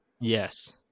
Yes